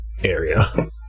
Area